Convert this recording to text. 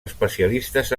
especialistes